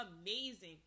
amazing